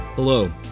Hello